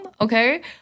okay